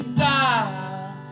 die